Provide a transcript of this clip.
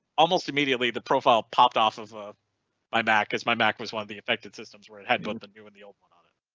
almost immediately the profile popped off of ah my back is my mac was one the affected systems where it had both the new and the old one on it.